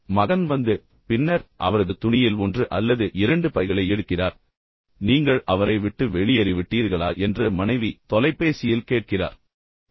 எனவே மகன் வந்து பின்னர் அவரது துணியில் ஒன்று அல்லது இரண்டு பைகளை எடுக்கிறார் மேலும் அவரது மனைவியிடமிருந்து தொலைபேசி அழைப்பு வருகிறது நீங்கள் அவரை விட்டு வெளியேறிவிட்டீர்களா என்று கேட்கிறார்